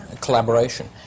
collaboration